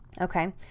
Okay